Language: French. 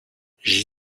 j’y